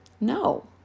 No